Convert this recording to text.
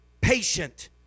patient